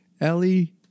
Ellie